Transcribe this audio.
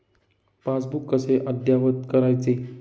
Passbook कसे अद्ययावत करायचे?